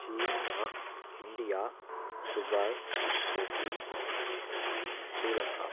China India Dubai Brazil Sri Lanka